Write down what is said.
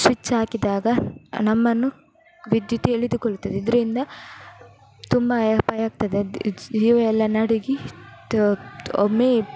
switch ಹಾಕಿದಾಗ ನಮ್ಮನ್ನು ವಿದ್ಯುತ್ ಎಳೆದು ಕೊಳ್ತದೆ ಇದರಿಂದ ತುಂಬ ಅಪಾಯ ಆಗ್ತದೆ ಜೀವ ಎಲ್ಲ ನಡುಗಿ ಒಮ್ಮೆ